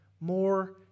more